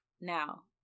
Now